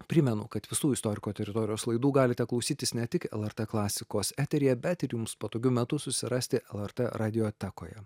primenu kad visų istoriko teritorijos laidų galite klausytis ne tik lrt klasikos eteryje bet ir jums patogiu metu susirasti lrt radiotekoje